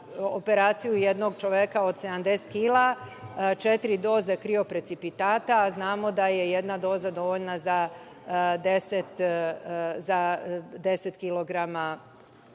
operaciju jednog čoveka od 70 kila četiri doze krioprecipitata, a znamo da je jedna doza dovoljna za 10 kilograma